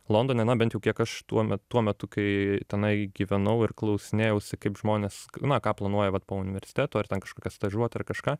londone na bent jau kiek aš tuomet tuo metu kai tenai gyvenau ir klausinėjausi kaip žmonės na ką planuoja vat po universiteto ar ten kažkokią stažuotę ar kažką